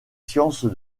sciences